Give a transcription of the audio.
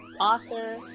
author